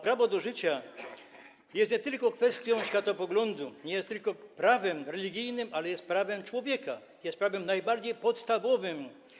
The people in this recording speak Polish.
Prawo do życia jest nie tylko kwestią światopoglądu, jest nie tylko prawem religijnym, ale jest prawem człowieka, prawem najbardziej podstawowym.